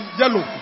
yellow